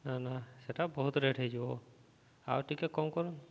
ନା ନା ସେଟା ବହୁତ ରେଟ୍ ହେଇଯିବ ଆଉ ଟିକେ କଣ କରୁନୁ